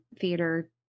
theater